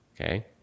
okay